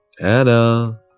Anna